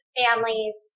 families